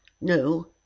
No